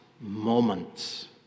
moments